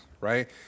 right